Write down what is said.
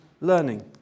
learning